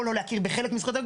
או לא להכיר בחלק מזכויותיו,